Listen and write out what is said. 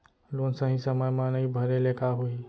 Loan सही समय मा नई भरे ले का होही?